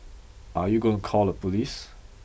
are you going call the police